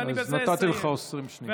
אז נתתי לך עוד 20 שניות.